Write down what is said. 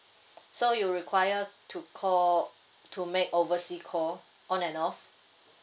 so you require to call to make oversea call on and off